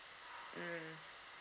mm